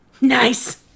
Nice